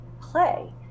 Play